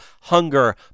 hunger